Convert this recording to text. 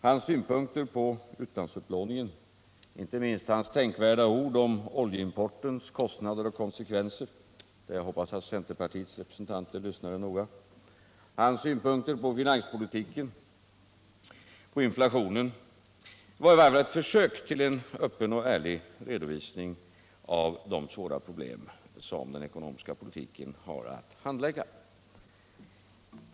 Hans synpunkter på utlandsupplåningen, inte minst hans tänkvärda ord om oljeimportens kostnader och konsekvenser — jag hoppas att centerpartiets representanter lyssnade noga — liksom hans synpunkter på finanspolitiken och på inflationen var i varje fall ett försök till en öppen och ärlig redovisning av de svåra problem som den ekonomiska politiken har att handlägga.